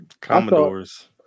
Commodores